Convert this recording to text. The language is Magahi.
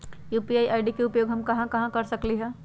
यू.पी.आई आई.डी के उपयोग हम कहां कहां कर सकली ह?